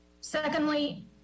secondly